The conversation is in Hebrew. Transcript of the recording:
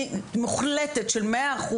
לגיטימיות מוחלטת, של 100%,